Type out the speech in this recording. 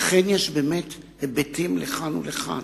לכן יש באמת היבטים לכאן ולכאן,